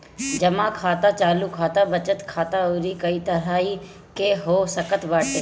जमा खाता चालू खाता, बचत खाता अउरी कई तरही के हो सकत बाटे